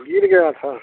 गिर गया था